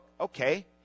okay